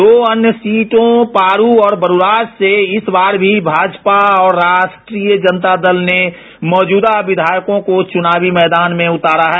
दो अन्य सीटों पारु और वरुराज से इस बार भी भाजपा और राष्ट्री जनता दल ने मौजूदा विधायकों को चुनावी मैदान में उतारा है